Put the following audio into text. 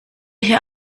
hier